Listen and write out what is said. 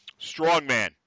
strongman